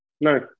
no